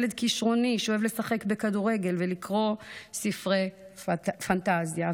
ילד כישרוני שאוהב לשחק בכדורגל ולקרוא ספרי פנטזיה,